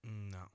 No